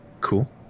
cool